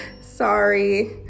Sorry